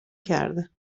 کرده